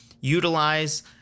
utilize